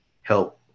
help